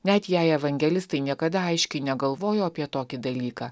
net jei evangelistai niekada aiškiai negalvojo apie tokį dalyką